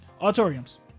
auditoriums